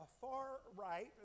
far-right